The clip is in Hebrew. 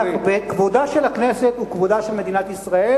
וכבודה של הכנסת הוא כבודה של מדינת ישראל,